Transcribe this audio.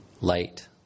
light